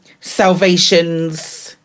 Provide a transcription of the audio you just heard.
Salvation's